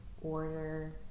order